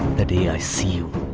the day i see you